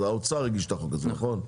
הרי האוצר הגיש את החוק הזה נכון?